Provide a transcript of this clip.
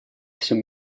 всем